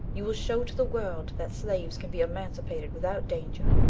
you will show to the world that slaves can be emancipated without danger.